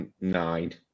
Nine